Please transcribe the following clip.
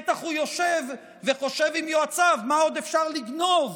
בטח הוא יושב וחושב עם יועציו מה עוד אפשר לגנוב